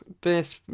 Best